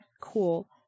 cool